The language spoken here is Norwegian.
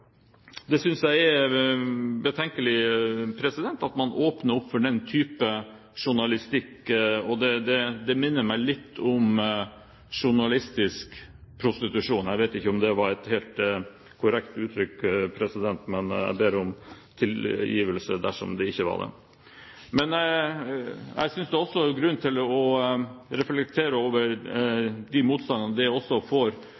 journalistikk, synes jeg er betenkelig. Det minner meg litt om journalistisk prostitusjon. Jeg vet ikke om det var et helt korrekt uttrykk, president, men jeg ber om tilgivelse dersom det ikke var det. Jeg synes også det er grunn til å reflektere over